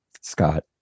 Scott